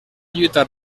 lluitar